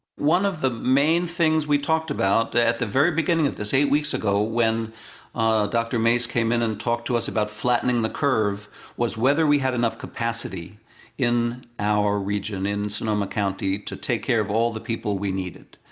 one of the main things we talked about at the very beginning of this eight weeks ago when dr. mase came in and talked to us about flattening the curve was whether we had enough capacity in our region, in sonoma county to take care of all the people we needed.